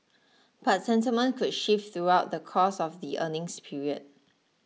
but sentiment could shift throughout the course of the earnings period